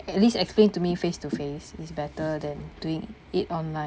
at least explain to me face to face it's better than doing it online